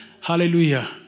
Hallelujah